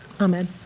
Amen